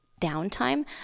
downtime